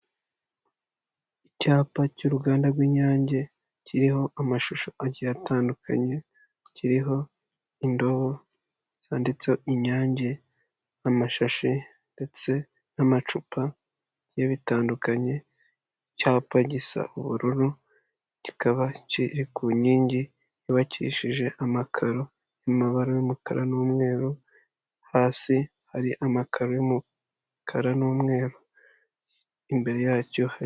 Icyapa cy'uruganda rw'inyange kiriho amashusho atandukanye, kiriho indobo zanditseho inyange n'amashashi ndetse n'amacupa bigiye bitandukanye, icyapa gisa ubururu, kikaba kiri ku nkingi yubakishije amakaro y'amabara y'umukara n'umweru, hasi hari amakaro y'umukara n'umweru imbere yacyo.